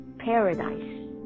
paradise